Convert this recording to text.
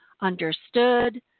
understood